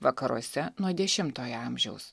vakaruose nuo dešimtojo amžiaus